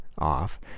off